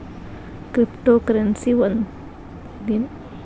crypto currency ಒಂದ್ ಟ್ರಾನ್ಸ್ನ ಸುರಕ್ಷಿತ ಲೆಡ್ಜರ್ ಆಗಿನೂ ಕಾರ್ಯನಿರ್ವಹಿಸ್ತದ